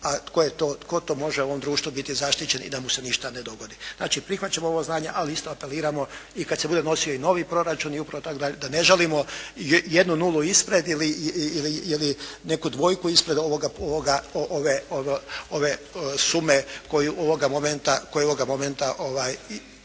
a tko to može u ovom društvu može biti zaštićen i da mu se ništa ne dogodi. Znači prihvaćamo ovo znanje, ali isto apeliramo i kada se bude nosio i novi proračun i upravo tako da ne žalimo jednu nulu ispred ili neku dvojku ispred ove sume koju ovoga momenta i